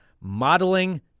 modeling